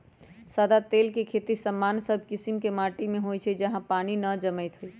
सदा तेल के खेती सामान्य सब कीशिम के माटि में होइ छइ जहा पानी न जमैत होय